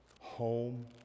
home